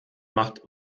macht